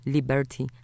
Liberty